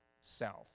self